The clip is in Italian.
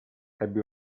ebbe